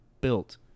built